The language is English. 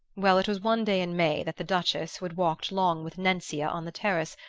well, it was one day in may that the duchess, who had walked long with nencia on the terrace,